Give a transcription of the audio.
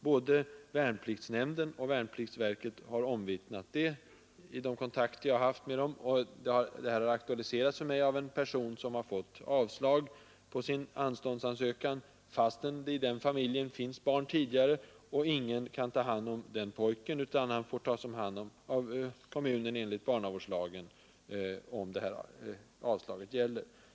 Både värnpliktsnämnden och värnpliktsverket har omvittnat det vid de kontakter jag haft med vederbörande där. Denna fråga har aktualiserats för mig av en person som fått avslag på sin anståndsansökan trots att det tidigare i hans familj finns barn och trots att ingen kunde ta hand om den pojken utan han enligt barnavårdslagen får tas om hand av kommunen, om avslaget står fast.